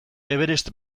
everest